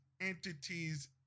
entities